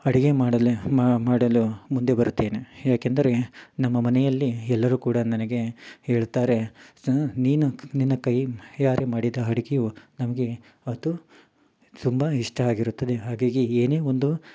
ಅಡುಗೆ ಮಾಡಲು ಮಾಡಲು ಮುಂದೆ ಬರುತ್ತೇನೆ ಏಕೆಂದರೆ ನಮ್ಮ ಮನೆಯಲ್ಲಿ ಎಲ್ಲರೂ ಕೂಡ ನನಗೆ ಹೇಳುತ್ತಾರೆ ಸೊ ನೀನು ನಿನ್ನ ಕೈಯಾರೆ ಮಾಡಿದ ಅಡುಗೆಯು ನಮಗೆ ಅದು ತುಂಬ ಇಷ್ಟ ಆಗಿರುತ್ತದೆ ಹಾಗಾಗಿ ಏನೇ ಒಂದು